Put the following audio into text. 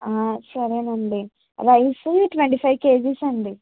సరేనండి rice twenty five KGs అండి